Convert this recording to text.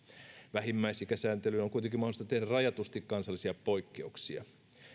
vähimmäisikäsääntelyyn on kuitenkin mahdollista tehdä rajatusti kansallisia poikkeuksia